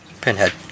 Pinhead